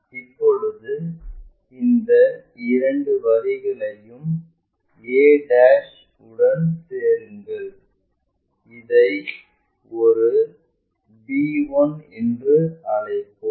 இப்போது இந்த இரண்டு வரிகளையும் a உடன் சேருங்கள் இதை ஒரு b1 என்று அழைப்போம்